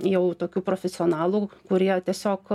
jau tokių profesionalų kurie tiesiog